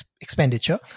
expenditure